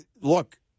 look